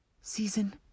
season